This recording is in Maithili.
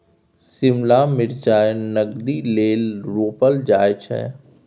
शिमला मिरचाई नगदीक लेल रोपल जाई छै